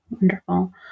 Wonderful